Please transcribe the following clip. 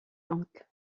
donc